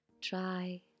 Try